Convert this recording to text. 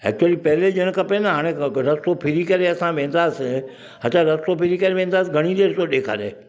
actually पहले ॾियणु खपे न हाणे त रस्तो फ़िरी करे असां वेंदासीं हा त रस्तो फ़िरी करे वेंदासीं घणी देरि थो ॾेखारे